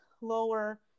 lower